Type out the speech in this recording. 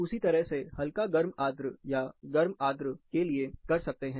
उसी तरह से हल्का गर्म आद्र या गर्म आद्र के लिए कर सकते हैं